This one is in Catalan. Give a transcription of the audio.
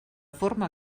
forma